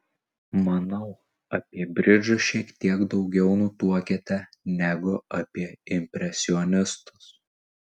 manau apie bridžą šiek tiek daugiau nutuokiate negu apie impresionistus